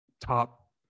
top